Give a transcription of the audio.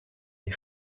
des